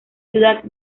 ciudad